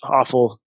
awful